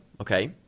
okay